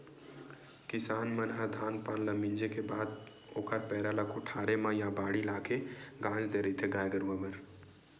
किसान मन ह धान पान ल मिंजे के बाद ओखर पेरा ल कोठारे म या बाड़ी लाके के गांज देय रहिथे गाय गरुवा बर